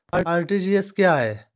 RTGS क्या है?